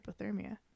hypothermia